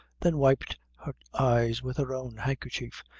then wiped her eyes with her own handkerchief,